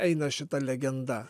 eina šita legenda